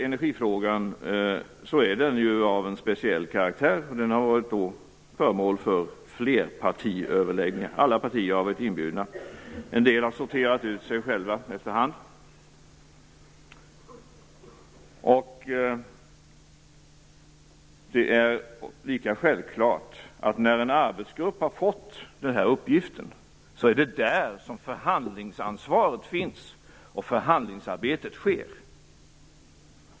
Energifrågan är ju av en speciell karaktär, och den har varit föremål för flerpartiöverläggningar. Alla partier har varit inbjudna, men en del har efter hand sorterat ut sig själva. Det är självklart att när en arbetsgrupp har fått den här uppgiften så är det där som förhandlingsansvaret finns och förhandlingsarbetet sker.